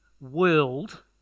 world